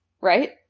right